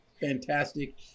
fantastic